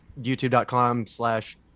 YouTube.com/slash